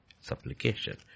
supplication